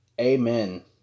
Amen